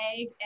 egg